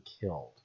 killed